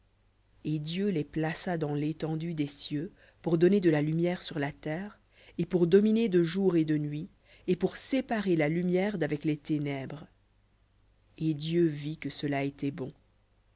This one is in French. et dieu les plaça dans l'étendue des cieux pour donner de la lumière sur la terre et pour dominer de jour et de nuit et pour séparer la lumière d'avec les ténèbres et dieu vit que cela était bon